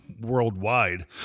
worldwide